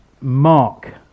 Mark